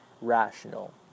rational